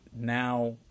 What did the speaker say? now